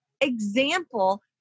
example